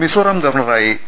മിസോറാം ഗവർണറായി പി